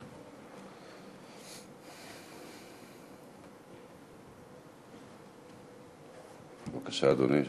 בבקשה, אדוני.